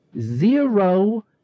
zero